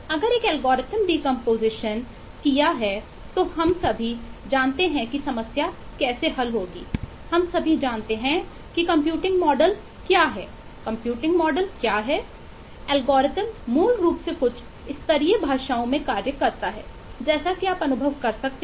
अगर एक algorithm decomposition मूल रूप से कुछ उच्च स्तरीय भाषाओं में कार्य करता है जैसा कि आप अनुभव कर सकते हैं